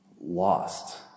lost